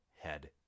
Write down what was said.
head